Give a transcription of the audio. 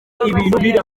bakivumbura